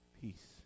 peace